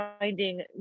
finding